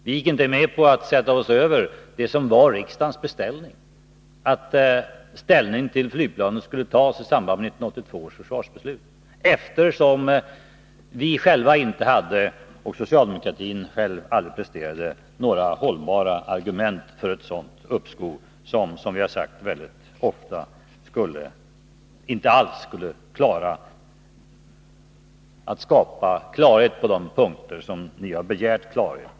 Vi gick inte med på att sätta oss över riksdagens beställning att beslut om flygplanet JAS skulle tas i samband med 1982 års försvarsbeslut. Vi har inte funnit skäl för ett uppskov med beslutet. Inte heller socialdemokratin har presterat några hållbara argument för det. Ett uppskov, har vi ofta sagt, kommer inte att skapa klarhet på de punkter där socialdemokraterna har begärt klarhet.